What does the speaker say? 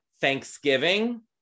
thanksgiving